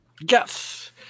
yes